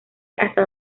hasta